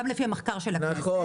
גם לפי המחקר של הכנסת,